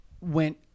Went